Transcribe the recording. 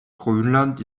grönland